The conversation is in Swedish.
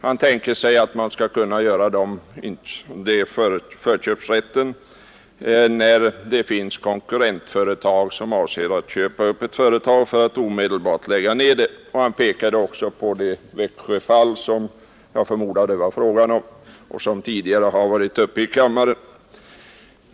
Han tänker sig att den förköpsrätten skulle kunna utnyttjas när ett företag avser att köpa upp ett konkurrentföretag för att omedelbart lägga ned det; jag förmodar att han hade det Växjöfall i tankarna som tidigare har varit uppe i kammaren.